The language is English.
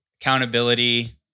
Accountability